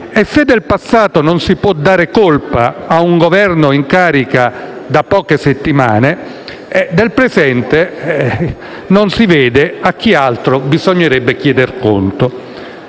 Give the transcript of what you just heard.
E se del passato non si può dare colpa a un Governo in carica da poche settimane, del presente non si vede a chi altro bisognerebbe chieder conto.